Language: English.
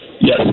Yes